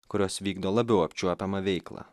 kurios vykdo labiau apčiuopiamą veiklą